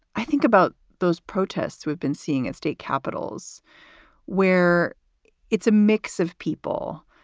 i think about those protests we've been seeing in state capitals where it's a mix of people.